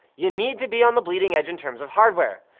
you need to be on the bleeding edge in terms of hardware.